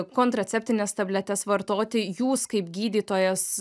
kontraceptines tabletes vartoti jūs kaip gydytojas